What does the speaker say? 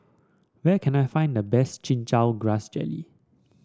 where can I find the best Chin Chow Grass Jelly